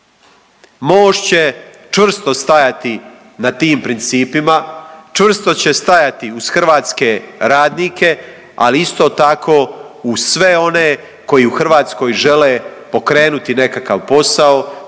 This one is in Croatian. Most će čvrsto stajati na tim principima, čvrsto će stajati uz hrvatske radnike, ali isto tako uz sve one koji u Hrvatskoj žele pokrenuti nekakav posao,